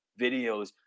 videos